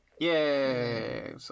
Yay